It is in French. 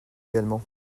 également